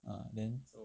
ah then